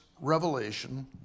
revelation